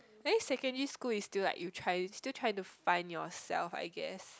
I think secondary school is still like you try still try to find yourself I guess